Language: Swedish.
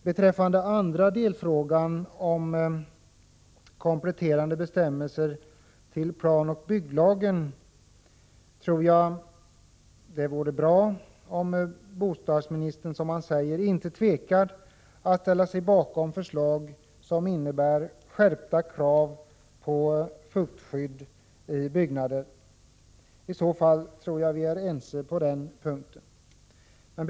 Beträffande den andra delfrågan, om kompletterande bestämmelser till planoch bygglagen, tror jag att det är bra om bostadsministern, som han säger, inte tvekar att ställa sig bakom förslag som innebär skärpta krav på fuktskydd i byggnader. I så fall tror jag att vi är ense på den punkten.